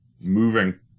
moving